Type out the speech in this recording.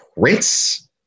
Prince